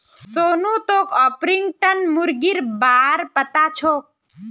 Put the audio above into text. सोनू तोक ऑर्पिंगटन मुर्गीर बा र पता छोक